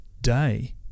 day